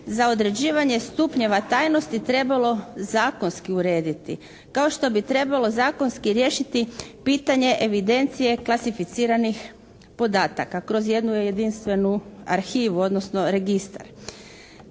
za određivanje stupnja javnosti trebalo zakonski urediti kao što bi trebalo zakonski riješiti pitanje evidencije klasificiranih podataka kroz jednu jedinstvenu arhivu odnosno registar.